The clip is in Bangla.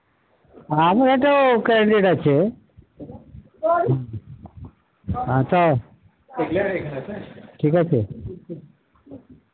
আমার একটা ও ক্যান্ডিডেট আছে হ্যাঁ তা ঠিক আছে